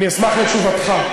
אני אשמח לתשובתך.